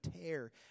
tear